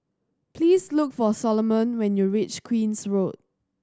please look for Soloman when you reach Queen's Road